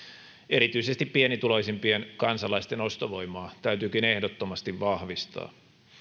erityisesti pienituloisimpien kansalaisten ostovoimaa täytyykin ehdottomasti vahvistaa